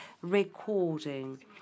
recording